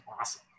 awesome